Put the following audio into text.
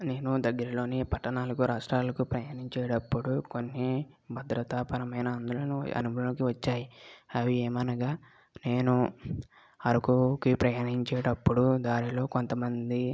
నేను దగ్గరలోని పట్టణాలకు రాష్ట్రాలకు ప్రయాణించేటప్పుడు కొన్ని భద్రతాపరమైన ఆందోళలు అనుభవంలోకి వచ్చాయి అవి ఏమనగా నేను అరకుకి ప్రయాణించేటప్పుడు దారిలో కొంతమంది